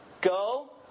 Go